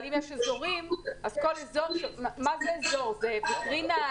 אם יש אזורים אז כל אזור הוא 30. מה זה אזור: ויטרינה,